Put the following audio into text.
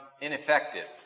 ineffective